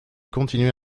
continuait